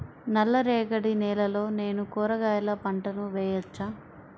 నల్ల రేగడి నేలలో నేను కూరగాయల పంటను వేయచ్చా?